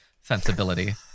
sensibility